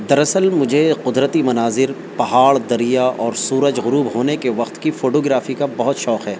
دراصل مجھے قدرتی مناظر پہاڑ دریا اور سورج غروب ہونے کے وقت کی فوٹو گرافی کا بہت شوق ہے